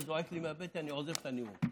זה זועק לי מהבטן, אני עוזב את הנאום.